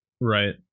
Right